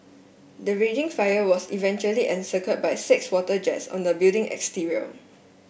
the raging fire was eventually encircled by six water jets on the building exterior